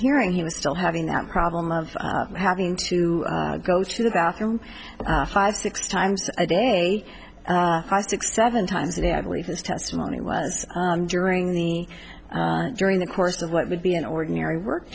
hearing he was still having that problem of having to go to the bathroom five six times a day five to seven times a day i believe his testimony was during the during the course of what would be an ordinary work